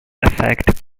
effect